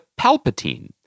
Palpatine